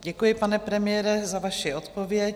Děkuji pane premiére, za vaši odpověď.